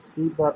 a' c'